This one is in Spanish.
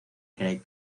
craig